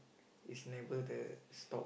it's never the stop